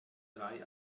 drei